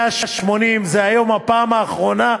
180. היום הפעם האחרונה,